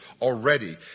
already